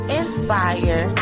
inspire